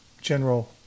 General